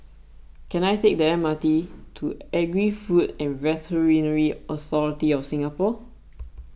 can I take the M R T to Agri Food and Veterinary Authority of Singapore